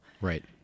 Right